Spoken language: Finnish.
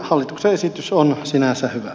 hallituksen esitys on sinänsä hyvä